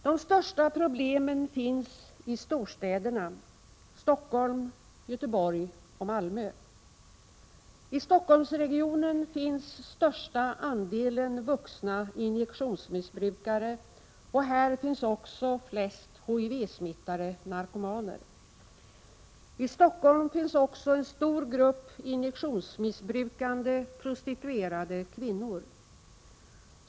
De största problemen finns i storstäderna, Stockholm, Göteborg och Malmö. I Stockholmsregionen finns största andelen vuxna injektionsmissbrukare, och här finns också flest HTV-smittade narkomaner. I Stockholm finns också en stor grupp injektionsmissbrukande prostituerade kvinnor.